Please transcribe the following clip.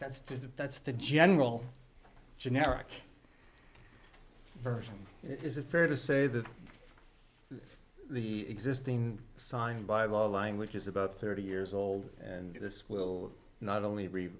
the that's the general generic version it is a fair to say that the existing signed by law language is about thirty years old and this will not only